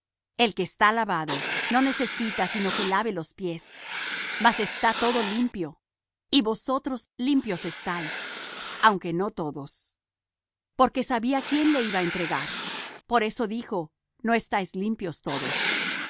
el que está lavado no necesita sino que lave los pies mas está todo limpio y vosotros limpios estáis aunque no todos porque sabía quién le había de entregar por eso dijo no estáis limpios todos